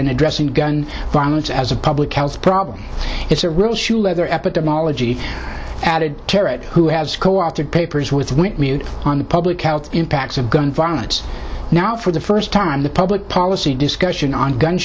in addressing gun violence as a public health problem it's a real shoe leather epidemiology added carrot who has co opted papers with the on the public health impacts of gun violence now for the first time the public policy discussion on gun